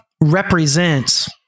represents